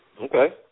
Okay